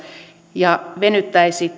ja venyttäisi